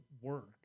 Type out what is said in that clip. work